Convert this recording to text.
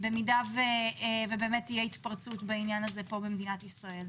אם באמת תהיה התפרצות פה במדינת ישראל.